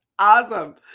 Awesome